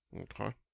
Okay